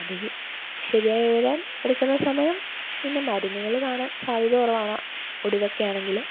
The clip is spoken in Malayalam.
അത് ശരിയായി വരാൻ എടുക്കുന്ന സമയം പിന്നെ മരുന്നുകൾ കാണാൻ സാധ്യത കുറവാണ് ഒടിവൊക്കെ ആണെങ്കിൽ